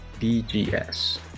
BGS